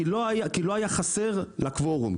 כי לא היה חסר לה קוורום,